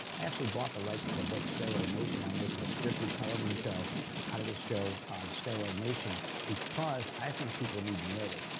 i actually bought the rights to the book steroid nation. i'm making a scripted television. cool. show out of this show um steroid nation because i think people need to know this.